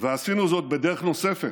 ועשינו זאת בדרך נוספת: